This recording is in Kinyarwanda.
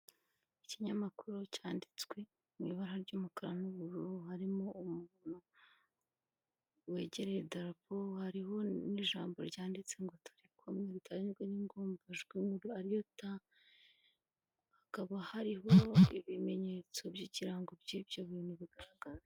Ikinyamakuru cyanditswe mu ibara ry'umukara n'ubururu harimo umuntu wegereye idarapo hariho n'ijambo ryanditse ngo turi kumwe ritanjwe n'ingombajwi nkuru ariyo T hakaba hariho ibimenyetso by'ikirango by'ibyo bintu bigaragara.